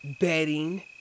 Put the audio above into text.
bedding